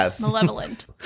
Malevolent